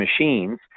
machines